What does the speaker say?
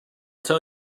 tell